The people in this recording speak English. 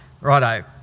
Righto